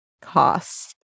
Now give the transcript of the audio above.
cost